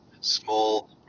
small